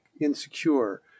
insecure